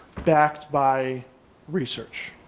backed by research.